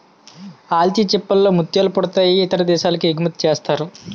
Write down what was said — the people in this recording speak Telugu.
ఆల్చిచిప్పల్ లో ముత్యాలు పుడతాయి ఇతర దేశాలకి ఎగుమతిసేస్తారు